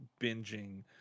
binging